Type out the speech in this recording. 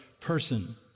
person